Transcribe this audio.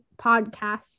podcast